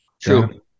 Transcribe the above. True